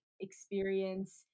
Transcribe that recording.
experience